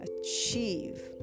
achieve